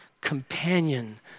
companion